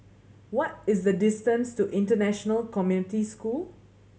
what is the distance to International Community School